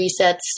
presets